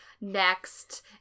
Next